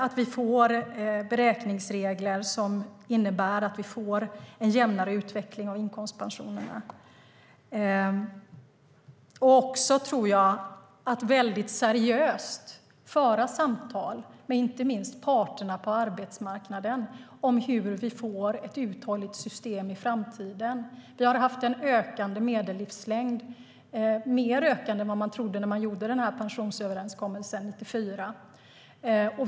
Vi kan få beräkningsregler som innebär en jämnare utveckling av inkomstpensionerna, och vi kan föra seriösa samtal - inte minst med parterna på arbetsmarknaden - om hur vi får ett uthålligt system i framtiden. Vi har haft en ökande medellivslängd, mer ökande än vad man trodde när man gjorde pensionsöverenskommelsen 1994.